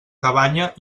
cabanya